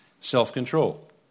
Self-control